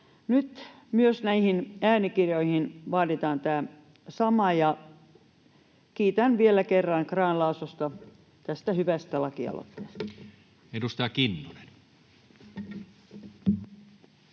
Nyt myös näihin äänikirjoihin vaaditaan tämä sama, ja kiitän vielä kerran Grahn-Laasosta tästä hyvästä lakialoitteesta. Edustaja Kinnunen.